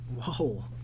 Whoa